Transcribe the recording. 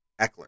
Eckler